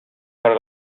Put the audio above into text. para